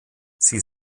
sie